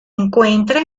encuentra